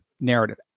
narrative